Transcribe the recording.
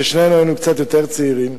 כששנינו היינו קצת יותר צעירים,